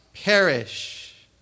perish